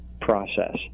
process